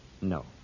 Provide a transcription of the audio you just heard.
no